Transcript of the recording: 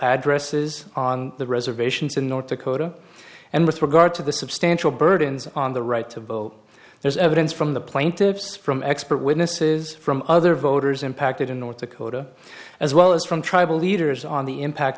addresses on the reservations in north dakota and with regard to the substantial burdens on the right to vote there's evidence from the plaintiffs from expert witnesses from other voters impacted in north dakota as well as from tribal leaders on the impact